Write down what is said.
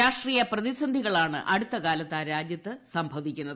രാഷ്ട്രീയ പ്രതിസന്ധികളാണ് അടുത്തകാലത്ത് ആ രാജ്യത്ത് സംഭവിക്കുന്നത്